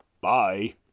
Bye